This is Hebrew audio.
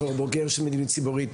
בתור בוגר של מדיניות ציבורית,